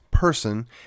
person